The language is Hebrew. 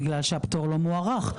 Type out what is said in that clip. בגלל שהפטור לא מוארך,